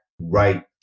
right